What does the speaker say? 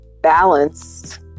balanced